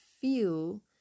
feel